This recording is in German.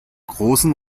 großen